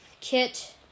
Kit